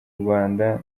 rwanda